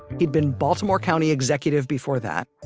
he'd been baltimore county executive before that.